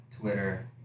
Twitter